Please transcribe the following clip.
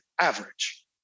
average